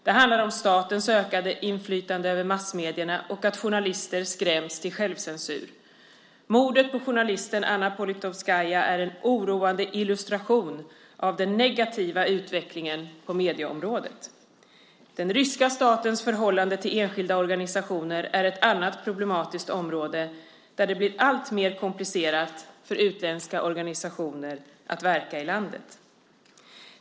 Det handlar om statens ökade inflytande över massmedierna och att journalister skräms till självcensur. Mordet på journalisten Anna Politkovskaja är en oroande illustration av den negativa utvecklingen på medieområdet. Den ryska statens förhållande till enskilda organisationer är ett annat problematiskt område där det blir alltmer komplicerat för utländska organisationer att verka i landet.